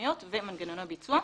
הלאומיות ומנגנוני הביצוע.